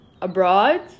abroad